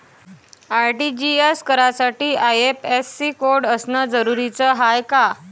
RTGS करासाठी IFSC code असनं जरुरीच हाय का?